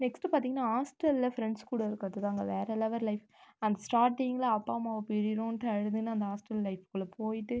next பார்த்தீங்கன்னா ஹாஸ்டலில் friends கூட இருக்கிறதுதாங்க வேற லெவல் லைஃப் அந்த ஸ்டார்ட்டிங்கில் அப்பா அம்மாவை பிரியிறோம்ன்ட்டு அழுதுன்னு அந்த ஹாஸ்டல் லைஃப்குள்ளே போய்ட்டு